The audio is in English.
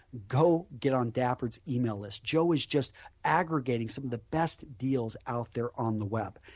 go get on dappered's ah e-mail list joe is just aggregating some of the best deals out there on the web.